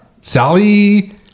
Sally